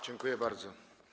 Dziękuję bardzo.